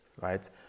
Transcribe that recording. right